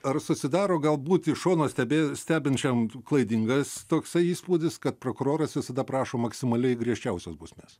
ar susidaro galbūt iš šono stebė stebinčiam klaidingas toksai įspūdis kad prokuroras visada prašo maksimaliai griežčiausios bausmės